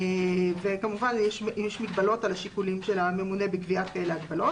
וכמובן יש מגבלות על השיקולים של הממונה בקביעת ההגבלות.